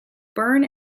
burn